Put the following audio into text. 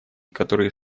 которые